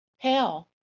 pale